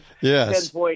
Yes